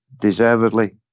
deservedly